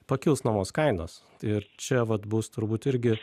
pakils nuomos kainos ir čia vat bus turbūt irgi